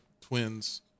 twins